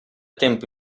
tempo